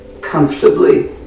comfortably